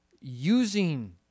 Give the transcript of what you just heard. using